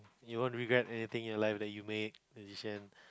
you won't regret anything your life that you made a decision